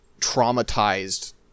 traumatized